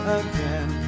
again